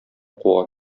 куа